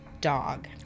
dog